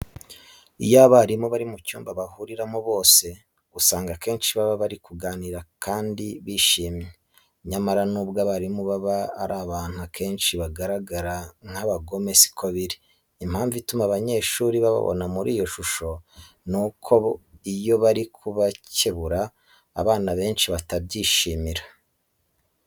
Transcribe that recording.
Iyo abarimu bari mu cyumba bahuriramo bose usanga akenshi baba bari kuganira kandi bishimye. Nyamara nubwo abarimu baba ari abantu akenshi bagaragara nk'abagome si ko biri. Impamvu ituma abanyeshuri bababona muri iyo shusho nuko iyo bari kubakebura abana benshi batabyishimira.